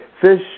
fish